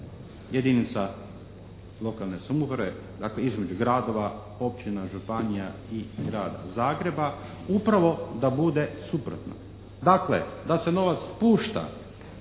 jedinica lokalne samouprave, dakle, između gradova, općina, županija i Grada Zagreba upravo da bude suprotno. Dakle, da se novac pušta